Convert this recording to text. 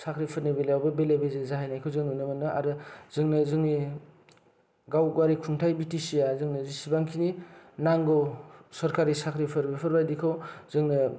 साख्रिफोरनि बेलायावबो बेले बेजे जाहैनायखौ जों नुनो मोनो आरो जोंनि गावनि खुंथाइ बि टि सिया जोंनि जेसेबांखिनि नांगौ सरखारि साख्रिफोर बेफोरबादिखौ जोंनो